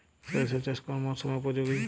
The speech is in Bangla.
সরিষা চাষ কোন মরশুমে উপযোগী?